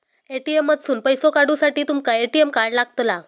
ATM मधसून पैसो काढूसाठी तुमका ए.टी.एम कार्ड लागतला